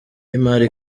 y’imari